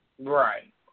Right